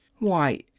Why